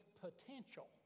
potential